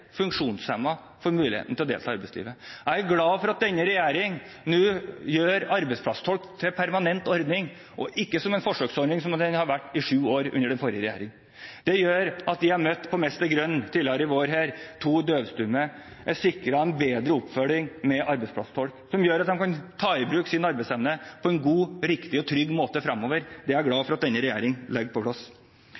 muligheten til å delta i arbeidslivet. Jeg er glad for at denne regjeringen nå gjør arbeidsplasstolk til en permanent ordning, ikke bare en forsøksordning, som den har vært i sju år under den forrige regjeringen. Tidligere i år møtte vi på Mester Grønn to døvstumme som nå er sikret bedre oppfølging med arbeidsplasstolk, noe som gjør at de kan ta i bruk sin arbeidsevne på en god, riktig og trygg måte fremover. Det er jeg glad